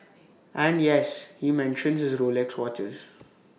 and yes he mentions his Rolex watches